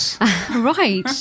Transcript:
Right